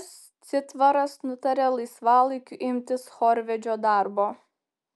s citvaras nutarė laisvalaikiu imtis chorvedžio darbo